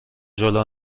جلو